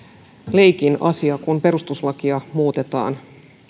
leikin asia kun perustuslakia muutetaan